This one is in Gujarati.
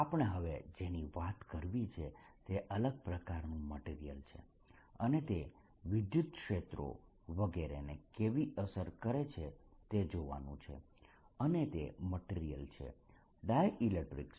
આપણે હવે જેની વાત કરવી છે તે અલગ પ્રકારનું મટીરીયલ છે અને તે વિદ્યુતક્ષેત્રો વગેરેને કેવી અસર કરે છે તે જોવાનું છે અને તે મટીરીયલ છે ડાયઇલેક્ટ્રીકસ